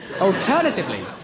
Alternatively